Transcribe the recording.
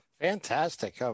Fantastic